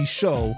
show